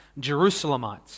Jerusalemites